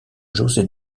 josé